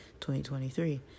2023